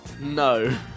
No